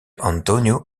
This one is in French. antonio